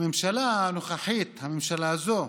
הממשלה הנוכחית, הממשלה הזאת,